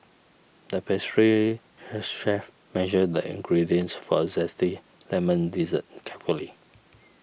the pastry chef measured the ingredients for a Zesty Lemon Dessert carefully